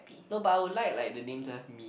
no but I would like like the name to have me